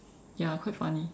ya quite funny